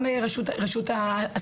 גם ברשות האסירים,